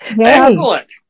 Excellent